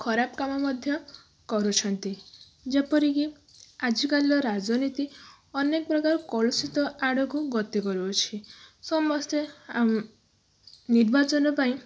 ଖରାପ କାମ ମଧ୍ୟ କରୁଛନ୍ତି ଯେପରିକି ଆଜିକାଲିର ରାଜନୀତି ଅନେକ ପ୍ରକାର କଳୁଷିତ ଆଡ଼କୁ ଗତି କରୁଅଛି ସମସ୍ତେ ନିର୍ବାଚନ ପାଇଁ